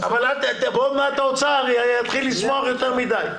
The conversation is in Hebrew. עוד מעט האוצר יתחיל לשמוח יותר מדי.